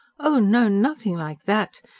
oh no, nothing like that,